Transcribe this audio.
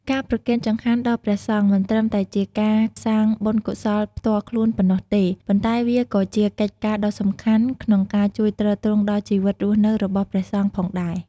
ការប្រគេនចង្ហាន់ដល់ព្រះសង្ឃមិនត្រឹមតែជាការសាងបុណ្យកុសលផ្ទាល់ខ្លួនប៉ុណ្ណោះទេ ប៉ុន្តែវាក៏ជាកិច្ចការដ៏សំខាន់ក្នុងការជួយទ្រទ្រង់ដល់ជីវិតរស់នៅរបស់ព្រះសង្ឃផងដែរ។